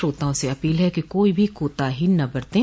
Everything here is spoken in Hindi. श्रोताओं से अपील है कि कोई भी कोताही न बरतें